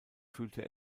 fühlte